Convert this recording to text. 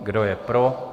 Kdo je pro?